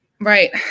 Right